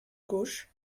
gauche